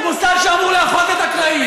מוסד שאמור לאחות את הקרעים.